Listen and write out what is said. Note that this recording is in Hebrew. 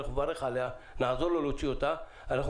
אנחנו נברך עליה ונעזור לו להוציא אותה אבל אנחנו